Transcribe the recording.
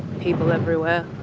people everywhere.